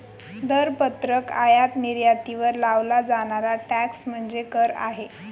दरपत्रक आयात निर्यातीवर लावला जाणारा टॅक्स म्हणजे कर आहे